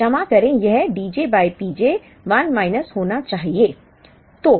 क्षमा करें यह Dj बाय Pj 1 माइनस होना चाहिए